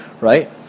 right